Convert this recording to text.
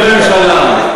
בדרך לאולם,